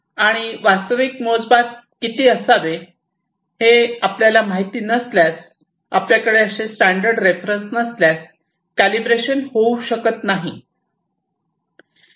आणि वास्तविक मोजमाप किती असावे हे आपल्याला माहिती नसल्यास आपल्याकडे असे स्टॅंडर्ड रेफरन्स नसल्यास कॅलिब्रेशन करू शकत नाही